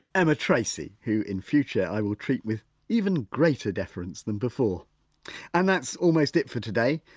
emma tracey, who in future i will treat with even greater deference than before and that's almost it for today.